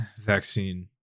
vaccine